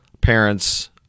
parents